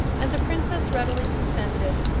and the princess readily consented.